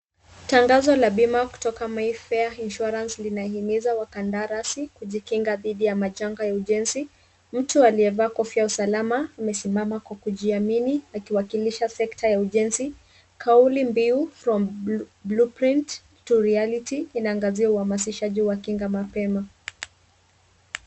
Tangazo la bima kutoka Mayfair Insurance linahimiza wakandarasi kujikinga dhidi ya majanga ya ujenzi. Mtu aliyevaa kofia ya usalama amesimama kwa kukijiamini akiwakilisha sekta ya ujenzi kauli mbiu from blueprint to reality inaangazia uhamasishaji wa kinga mapema.